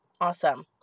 Awesome